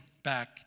back